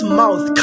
mouth